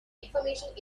information